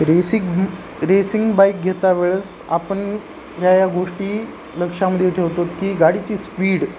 racing racing bike घेता वेळेस आपण या या गोष्टी लक्षामध्ये ठेवतो की गाडीची स्पीड